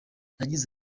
yagize